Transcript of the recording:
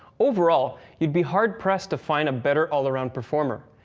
overall, you'd be hard pressed to find a better all-around performer.